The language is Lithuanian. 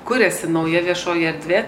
kuriasi nauja viešoji erdvė